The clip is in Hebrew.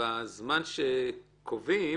ובזמן שקובעים